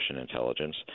intelligence